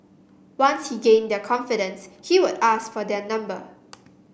once he gained their confidence he would ask for their number